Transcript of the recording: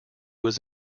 was